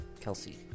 Kelsey